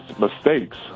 mistakes